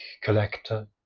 Collector